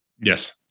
Yes